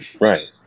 Right